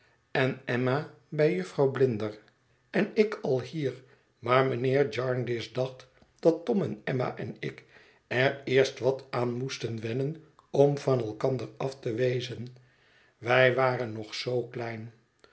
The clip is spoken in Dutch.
en emma bij jufvrouw blinder en ik al hier maar mijnheer jarndyce dacht dat tom en emma en ik er eerst wat aan moesten wennen om van elkander af te wezen wij waren nog zoo klein